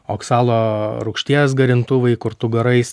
oksalo rūgšties garintuvai kur tu garais